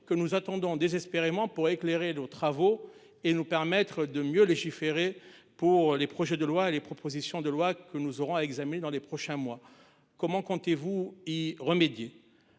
que nous attendons désespérément pour éclairer nos travaux et nous permettre de mieux légiférer pour les projets de loi les propositions de loi que nous aurons à examiner dans les prochains mois. Comment comptez-vous y remédier.